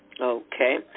Okay